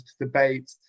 debate